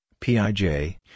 PIJ